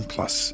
Plus